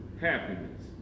happiness